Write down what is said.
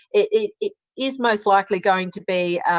it it is most likely going to be